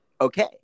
okay